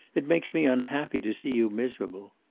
it makes me unhappy to see you miserable.